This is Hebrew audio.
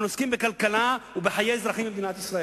אנחנו עוסקים בכלכלה ובחיי אזרחים במדינת ישראל,